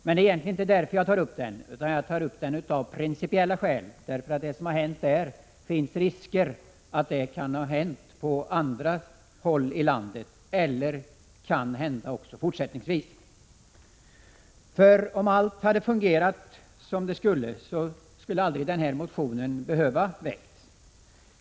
Men det är egentligen — 13 maj 1987 inte därför jag tar upp motionen, utan det är av principiella skäl. Det finns risker för att det som har hänt där kan ha hänt eller kan komma att hända på andra håll i landet. Om allt hade fungerat som det skall, hade denna motion aldrig behövt väckas.